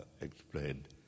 explained